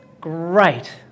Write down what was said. great